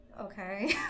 okay